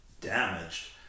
damaged